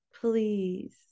please